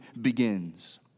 begins